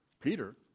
Peter